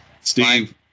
Steve